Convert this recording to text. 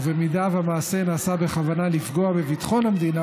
ואם המעשה נעשה בכוונה לפגוע בביטחון המדינה,